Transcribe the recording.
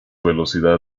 velocidad